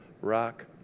rock